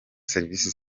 serivisi